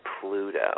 Pluto